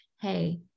hey